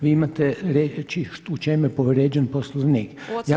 Vi imate reći u čemu je povrijeđen Poslovnik.